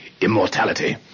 immortality